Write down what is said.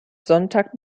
sonntag